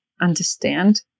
understand